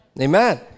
Amen